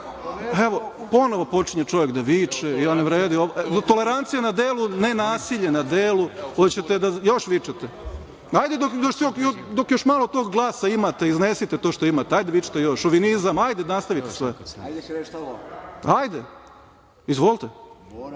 Evo, ponovo počinje čovek da viče. Tolerancija na delu, nenasilje na delu. Hoćete da još vičete? Hajde dok još malo tog glasa imate, iznesite to što imate, hajde vičite još „šovinizam“, hajde nastavite svoje. Hajde, izvolite.